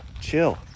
chill